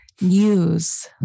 News